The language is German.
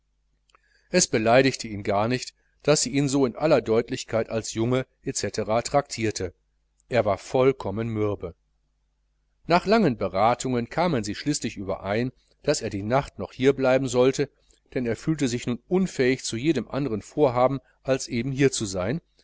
es beleidigte ihn gar nicht daß sie ihn so in aller deutlichkeit als junge c traktierte er war vollkommen mürbe nach langen beratungen kamen sie schließlich überein daß er die nacht noch hierbleiben sollte denn er fühlte sich nun unfähig zu jedem anderen vorhaben als eben hier zu sein